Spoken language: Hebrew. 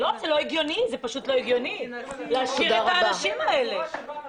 זה פשוט לא הגיוני להשאיר את כל האנשים האלה במצב הזה.